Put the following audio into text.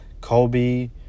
Kobe